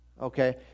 Okay